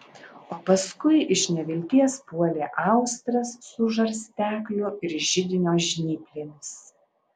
o paskui iš nevilties puolė austres su žarstekliu ir židinio žnyplėmis